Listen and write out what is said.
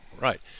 Right